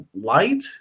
light